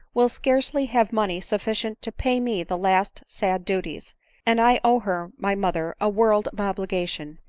will scarcely have money suf ficient to pay me the last sad duties and i owe her, my mother, a world of obligation!